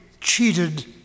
cheated